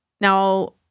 Now